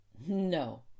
No